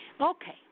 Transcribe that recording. Okay